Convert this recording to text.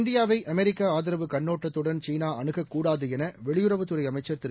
இந்தியாவை அமெரிக்காஆதரவுகண்ணோட்டத்துடன்சீனாஅணுகக் கூடாதுஎனவெளியுறவுத்துறைஅமைச்சர்திரு